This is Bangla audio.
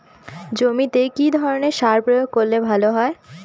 জমিতে কি ধরনের সার প্রয়োগ করলে ভালো হয়?